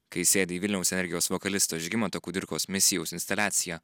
kai įsėdi į vilniaus energijos vokalisto žygimanto kudirkos mesijaus instaliaciją